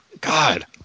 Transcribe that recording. God